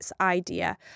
idea